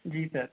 जी sir